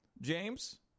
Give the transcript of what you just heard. James